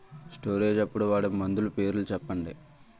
Storage అప్పుడు వాడే మందులు పేర్లు చెప్పండీ?